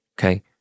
Okay